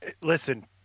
Listen